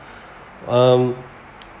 um